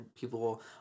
people